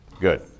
Good